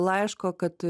laiško kad